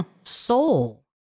Soul